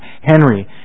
Henry